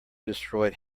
destroyed